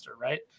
right